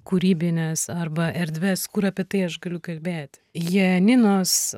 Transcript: kūrybines arba erdves kur apie tai aš galiu kalbėti janinos